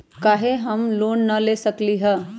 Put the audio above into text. हम काहे home loan न ले सकली ह?